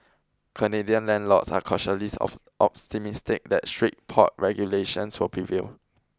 Canadian landlords are cautiously of optimistic that strict pot regulations will prevail